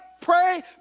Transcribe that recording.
pray